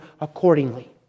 accordingly